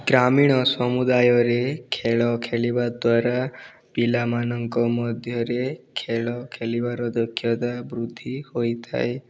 ଗ୍ରାମୀଣ ସମୁଦାୟରେ ଖେଳ ଖେଳିବା ଦ୍ୱାରା ପିଲାମାନଙ୍କ ମଧ୍ୟରେ ଖେଳ ଖେଳିବାର ଦକ୍ଷତା ବୃଦ୍ଧି ହୋଇଥାଏ